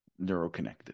neuroconnected